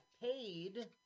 paid